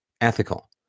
ethical